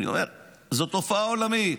אני אומר, זו תופעה עולמית,